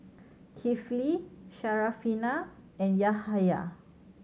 Kifli Syarafina and Yahaya